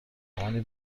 زمانی